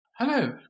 Hello